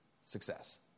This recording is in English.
success